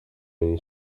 many